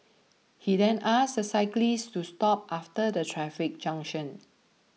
he then asked the cyclist to stop after the traffic junction